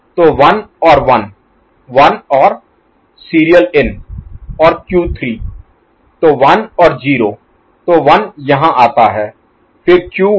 तो 1 और 1 1 और सीरियल इन और Q3 तो 1 और 0 तो 1 यहाँ आता है फिर Q1 और Q3